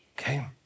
Okay